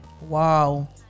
Wow